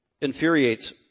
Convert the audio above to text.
infuriates